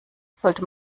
sollte